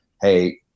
Hey